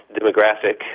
demographic